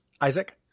Isaac